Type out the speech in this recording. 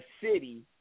city